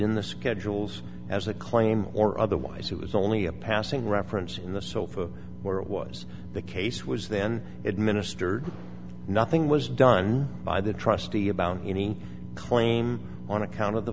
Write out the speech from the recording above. in the schedules as a claim or otherwise it was only a passing reference in the sofa where it was the case was then administered nothing was done by the trustee about any claim on account of the